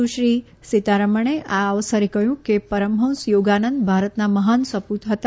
સુશ્રી સીતારમણે આ અવસરે કહ્યું કે પરમહંસ યોગાનંદ ભારતના મહાન સપૂત હતા